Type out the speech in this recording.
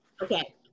Okay